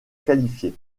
qualifier